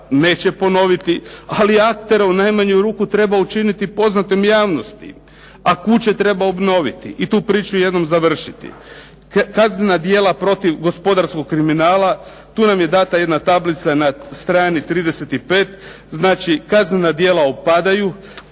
neće ponoviti, ali aktere u najmanju ruku treba učiniti poznatim javnosti, a kuće treba obnoviti i tu priču jednom završiti. Kaznena djela protiv gospodarskog kriminala. Tu nam je data jedna tablica na strani 35. znači kaznena djela opadaju,